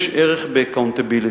יש ערך ב-accountability,